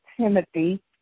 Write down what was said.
Timothy